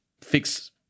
fix